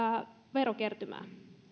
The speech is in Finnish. verokertymää